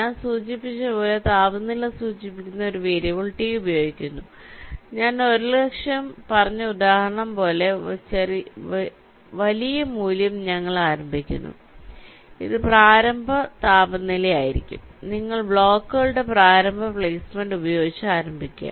ഞാൻ സൂചിപ്പിച്ചതുപോലെ താപനില സൂചിപ്പിക്കുന്ന ഒരു വേരിയബിൾ T ഉപയോഗിക്കുന്നു ഞാൻ 100000 പറഞ്ഞ ഉദാഹരണം പോലെ ചില വലിയ മൂല്യം ഞങ്ങൾ ആരംഭിക്കുന്നു അത് പ്രാരംഭ താപനില ആയിരിക്കും നിങ്ങൾ ബ്ലോക്കുകളുടെ പ്രാരംഭ പ്ലെയ്സ്മെന്റ് ഉപയോഗിച്ച് ആരംഭിക്കുക